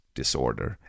disorder